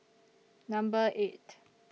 Number eight